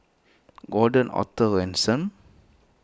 Gordon Arthur Ransome